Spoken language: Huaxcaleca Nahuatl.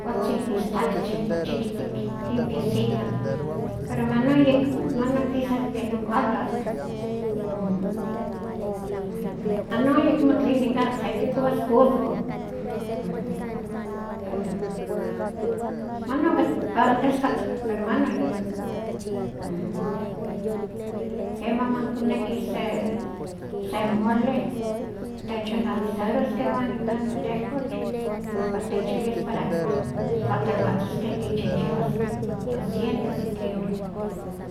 Kualtzin istaktzin pochiktik limpiecito, pero manon yekmo manon kisa kenon kalatl. Manon tleno kan sekikuas cosco, pero manon antes katka pero manon yekmo, yekmo, keman man konekih se semole, techonavisaroskeh iwan nikan notelpoch ompa techils para tlatlewatzaskeh kichihchiwaskeh. Doscientos n kiloh,